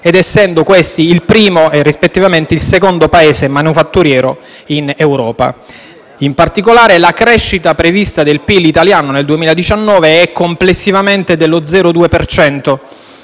essendo rispettivamente il primo e il secondo Paese manifatturiero in Europa. In particolare, la crescita prevista del PIL italiano nel 2019 è, complessivamente, dello 0,2